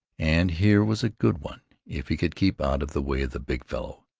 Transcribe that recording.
and here was a good one if he could keep out of the way of the big fellow.